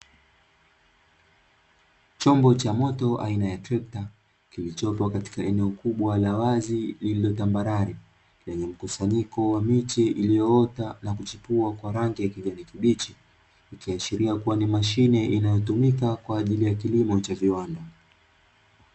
Chombo cha moto aina ya trekta kilichopo katika eneo la wazi lililotambarare, lenye mkusanyiko wa miche iliyoota na kuchipua kwa rangi ya kijani kibichi, ikiashiria kuwa ni mashine inayotumika kwa kilimo cha viwanda.